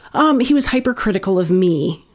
um he was hyper critical of me.